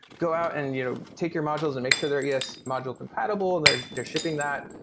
go out and you know take your modules and make sure they're yeah es module compatible and they're they're shipping that,